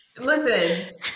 listen